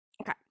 okay